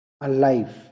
alive